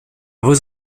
vos